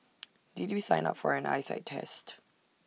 did we sign up for an eyesight test